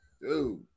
Dude